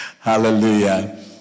Hallelujah